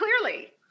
clearly